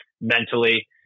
mentally